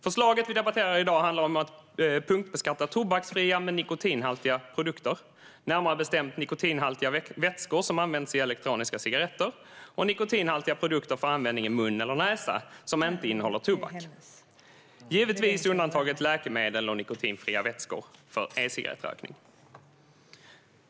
Förslaget vi debatterar i dag handlar om att punktbeskatta tobaksfria men nikotinhaltiga produkter, närmare bestämt nikotinhaltiga vätskor som används i elektroniska cigaretter och nikotinhaltiga produkter för användning i mun eller näsa som inte innehåller tobak, givetvis undantaget läkemedel och nikotinfria vätskor för e-cigarettrökning.